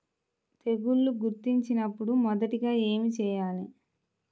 తెగుళ్లు గుర్తించినపుడు మొదటిగా ఏమి చేయాలి?